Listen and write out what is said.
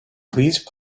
please